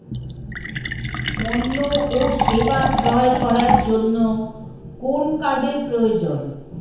পণ্য ও সেবা ক্রয় করার জন্য কোন কার্ডের প্রয়োজন?